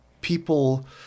people